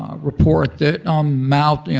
ah report that mao,